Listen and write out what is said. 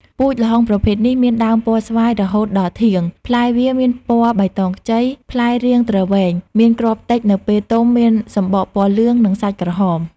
ពូជល្ហុងប្រភេទនេះ មានដើមពណ៌ស្វាយរហូតដល់ធាង ផ្លែវាមានពណ៌បៃតងខ្ចី ផ្លែរាងទ្រវែង មានគ្រាប់តិចនៅពេលទុំមានសំបកពណ៌លឿង និងសាច់ក្រហម ។